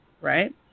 right